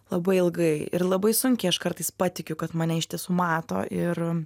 labai ilgai ir labai sunkiai aš kartais patikiu kad mane iš tiesų mato ir